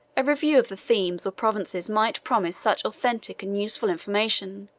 a review of the themes or provinces might promise such authentic and useful information,